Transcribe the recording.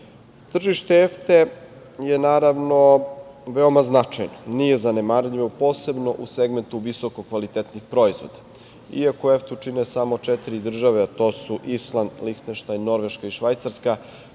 EFTA je, naravno, veoma značajno. Nije zanemarljivo, posebno u segmentu visokokvalitetnih proizvoda. Iako EFTA-u čine samo četiri države, to su Island, Lihtenštajn, Norveška i Švajcarska,